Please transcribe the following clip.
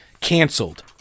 canceled